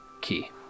key